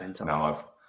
No